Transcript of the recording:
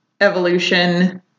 evolution